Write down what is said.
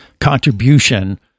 contribution